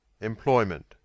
employment